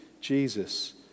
Jesus